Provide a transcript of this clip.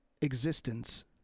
existence